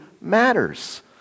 matters